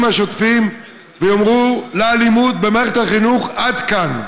השוטפים ויאמרו לאלימות במערכת החינוך: עד כאן.